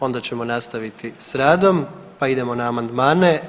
Onda ćemo nastaviti sa radom, pa idemo na amandmane.